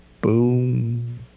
boom